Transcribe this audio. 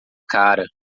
cara